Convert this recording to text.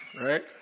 Right